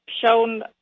shown